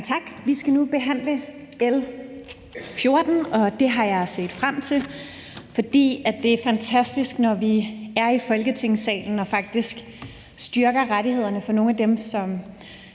tak. Vi skal nu behandle L 14, og det har jeg set frem til, fordi det er fantastisk, når vi er i Folketingssalen og faktisk styrker rettighederne for nogle af dem, som